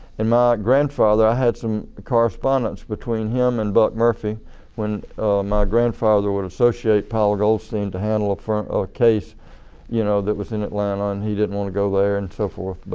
and my grandfather, i had some correspondence between him and burt murphy when my grandfather would associate powell goldstein to handle a ah case you know that was in atlanta and he didn't want to go there and so forth. but